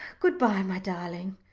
good-bye, my darling.